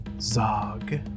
Zog